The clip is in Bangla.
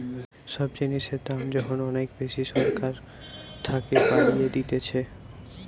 সব জিনিসের দাম যখন অনেক বেশি সরকার থাকে বাড়িয়ে দিতেছে